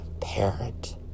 parent